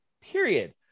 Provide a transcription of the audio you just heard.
period